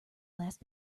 last